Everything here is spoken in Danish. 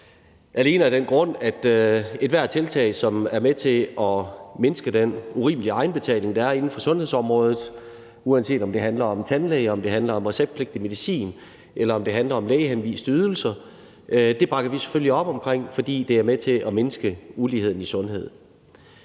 alene af den grund, at ethvert tiltag, som er med til at mindske den urimelige egenbetaling, der er inden for sundhedsområdet – uanset om det handler om tandlæger, om det handler om receptpligtig medicin, eller om det handler om lægehenviste ydelser – bakker vi selvfølgelig op omkring, fordi det er med til at mindske uligheden i sundhed.